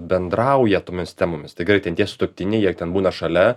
bendrauja tomis temomis tai gerai ten tie sutuoktiniai jie ten būna šalia